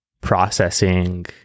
processing